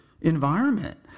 environment